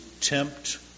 tempt